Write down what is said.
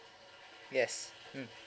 yes mm